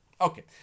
Okay